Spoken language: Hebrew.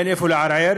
ואין איפה לערער.